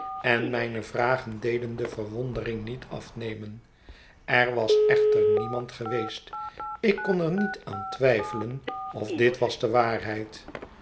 en mijne vragen deden de verwondering niet afnemen er was echter niemand geweest ik kon er niet aan twijfelen of dit was de waarheid